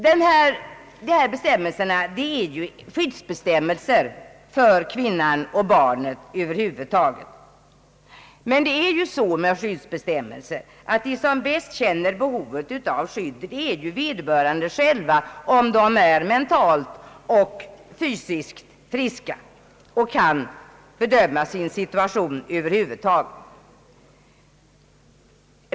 De här bestämmelserna är skyddsbestämmelser för kvinnan och barnet. De som bäst känner behovet av skydd är naturligtvis vederbörande kvinnor själva, om de är mentalt och fysiskt friska och kan bedöma sin situation.